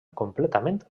completament